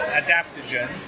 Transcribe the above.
adaptogen